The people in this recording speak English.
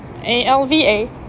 A-L-V-A